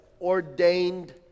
ordained